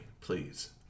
please